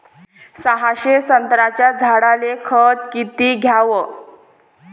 सहाशे संत्र्याच्या झाडायले खत किती घ्याव?